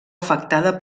afectada